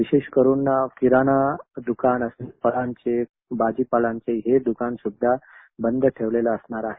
विशेष करून किराणा दकानं फळांचे भाजीपालांचे दुकानसुध्दा बंद ठेवलेले असणार आहेत